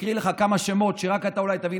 אקריא לך כמה שמות שרק אתה אולי תבין